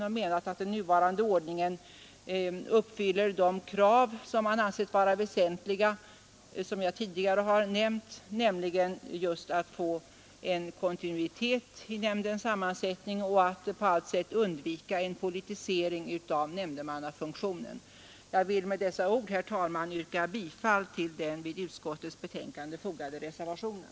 Man har menat att den nuvarande ordningen uppfyller de krav som man ansett vara väsentliga, krav som jag tidigare nämnt — att få en kontinuitet i nämndens sammansättning och på allt sätt undvika en politisering av nämndemannafunktionen. Jag vill med dessa ord, herr talman, yrka bifall till den vid utskottets betänkande fogade reservationen.